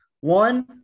One